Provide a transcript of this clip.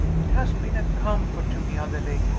it has been a comfort to me, adelaide,